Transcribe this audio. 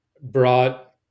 brought